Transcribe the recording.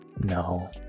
No